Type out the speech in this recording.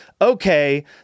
okay